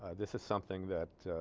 this is something that